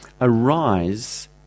arise